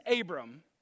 Abram